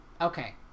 Okay